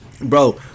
Bro